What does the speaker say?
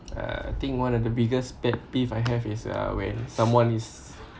I think one of the biggest pet peeve I have is uh when someone is